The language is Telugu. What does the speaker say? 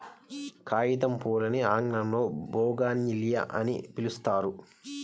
కాగితంపూలని ఆంగ్లంలో బోగాన్విల్లియ అని పిలుస్తారు